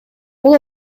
бул